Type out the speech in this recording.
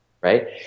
Right